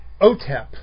OTEP